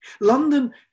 London